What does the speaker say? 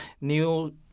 new